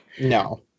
No